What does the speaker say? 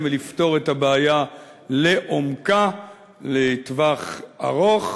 ולפתור את הבעיה לעומקה לטווח ארוך.